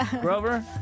Grover